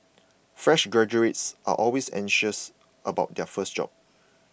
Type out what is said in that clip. fresh graduates are always anxious about their first job